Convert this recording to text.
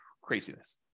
Craziness